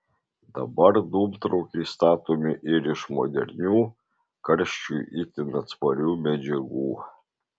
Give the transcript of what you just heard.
dabar dūmtraukiai statomi ir iš modernių karščiui itin atsparių medžiagų